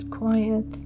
quiet